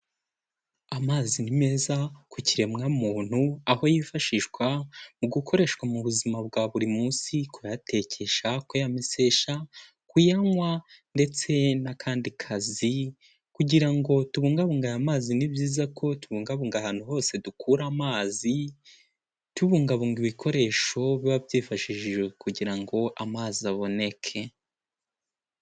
Amazi ni meza ku kiremwa muntu aho yifashishwa mu gukoreshwa mu buzima bwa buri munsi kuyatekesha kuyamesesha kuyanywa ndetse n'akandi kazi kugira ngo tubungabunga aya amazi ni byiza ko tubungabunga ahantu hose dukura amazi tubungabunga ibikoresho biba byifashishijwe kugira ngo amazi aboneke.